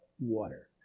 water